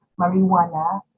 marijuana